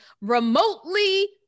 Remotely